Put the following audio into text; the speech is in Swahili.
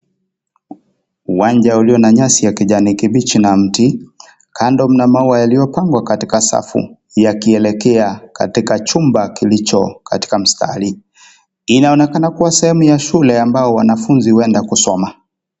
Uwanja uliyo na nyasi ya kijani kibichi na mti, kando mna maua yaliyopangwa katika safu yakielekea katika chumba kilicho katika mstari, inaoneka kuwa sehemu ya shule ambao wanafunzi huenda kusoma.